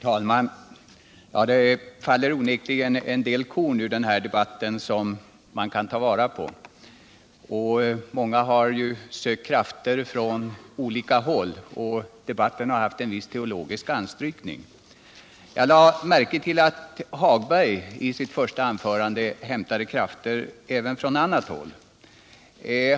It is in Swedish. Herr talman! Det faller onekligen en del korn ur den här debatten som man kan ta vara på. Många har sökt krafter från olika håll och debatten har haft en viss teologisk anstrykning. Jag lade märke till att även herr Hagberg i sitt första anförande hämtade krafter från annat håll.